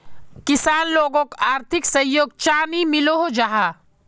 किसान लोगोक आर्थिक सहयोग चाँ नी मिलोहो जाहा?